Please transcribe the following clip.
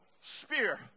spear